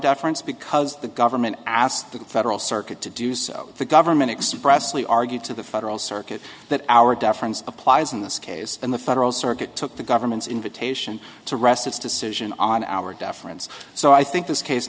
deference because the government asked the federal circuit to do so the government expressly argued to the federal circuit that our deference applies in this case and the federal circuit took the government's invitation to rest its decision on our deference so i think this case